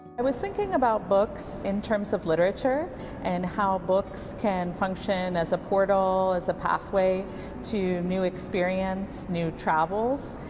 i was thinking about books in terms of literature and how books can function as a portal, as a pathway to new experience, new travels.